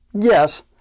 Yes